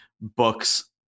books